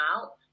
out